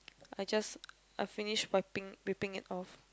I just I finish wiping whipping it off